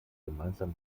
gemeinsam